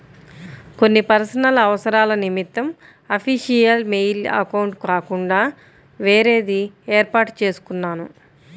కొన్ని పర్సనల్ అవసరాల నిమిత్తం అఫీషియల్ మెయిల్ అకౌంట్ కాకుండా వేరేది వేర్పాటు చేసుకున్నాను